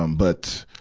um but,